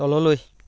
তললৈ